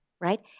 Right